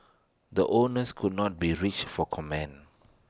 the owners could not be reached for comment